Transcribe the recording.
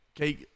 Okay